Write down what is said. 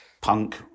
punk